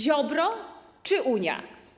Ziobro czy Unia?